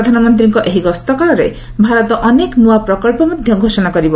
ପ୍ରଧାନମନ୍ତ୍ରୀଙ୍କ ଏହି ଗସ୍ତକାଳରେ ଭାରତ ଅନେକ ନୂଆ ପ୍ରକଳ୍ପ ମଧ୍ୟ ଘୋଷଣା କରିବ